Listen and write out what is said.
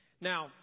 Now